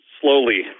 slowly